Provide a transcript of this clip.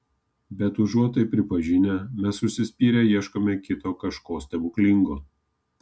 bet užuot tai pripažinę mes užsispyrę ieškome kito kažko stebuklingo